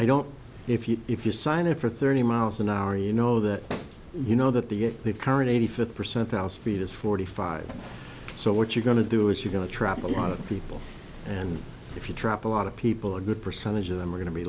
i don't know if you if you sign it for thirty miles an hour you know that you know that the get the current eighty fifth percentile speed is forty five so what you're going to do is you've got to trap a lot of people and if you drop a lot of people a good percentage of them are going to be